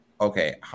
okay